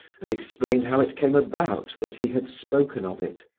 and explained how it came about that he had spoken of it.